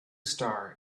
star